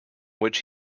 which